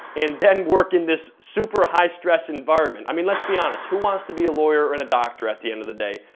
and then work in this super high stress environment. i mean, let's be honest, who wants to be a lawyer and a doctor at the end of the day?